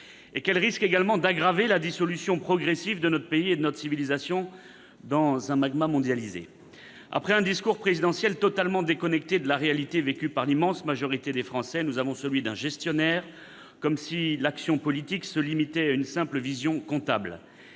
-et qu'elle risque également d'aggraver la dissolution progressive de notre pays et de notre civilisation dans un magma mondialisé. Après un discours présidentiel totalement déconnecté de la réalité vécue par l'immense majorité des Français, nous avons celui d'un gestionnaire, comme si l'action politique se limitait à une simple vision comptable